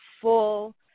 full